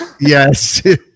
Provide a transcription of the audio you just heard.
Yes